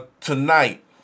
Tonight